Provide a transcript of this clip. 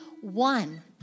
one